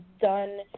done